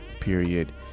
period